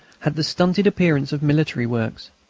had the stunted appearance of military works.